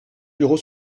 bureau